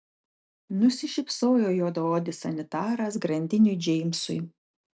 nusišypsojo juodaodis sanitaras grandiniui džeimsui